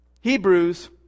Hebrews